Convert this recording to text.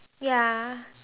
ya